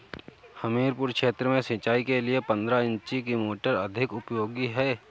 हमीरपुर क्षेत्र में सिंचाई के लिए पंद्रह इंची की मोटर अधिक उपयोगी है?